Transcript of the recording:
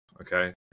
Okay